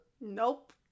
Nope